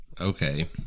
Okay